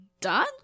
done